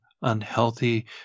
unhealthy